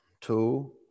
Two